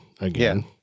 again